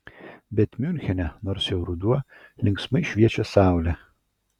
bet miunchene nors jau ruduo linksmai šviečia saulė